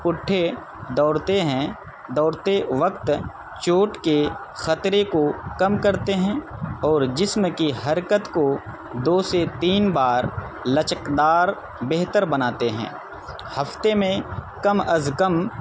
پٹھے دوڑتے ہیں دوڑتے وقت چوٹ کے خطرے کو کم کرتے ہیں اور جسم کی حرکت کو دو سے تین بار لچکدار بہتر بناتے ہیں ہفتے میں کم از کم